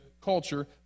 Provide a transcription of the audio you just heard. culture